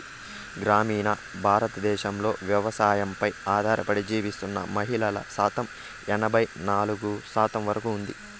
గ్రామీణ భారతదేశంలో వ్యవసాయంపై ఆధారపడి జీవిస్తున్న మహిళల శాతం ఎనబై నాలుగు శాతం వరకు ఉంది